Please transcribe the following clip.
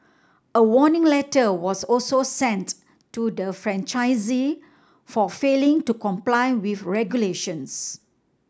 a warning letter was also sent to the franchisee for failing to comply with regulations